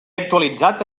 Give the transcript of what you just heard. actualitzat